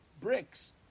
bricks